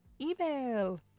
email